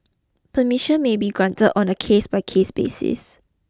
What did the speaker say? permission may be granted on a case by case basis